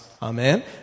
Amen